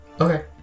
Okay